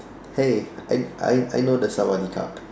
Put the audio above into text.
hey I I I know the Sawadee-Khrup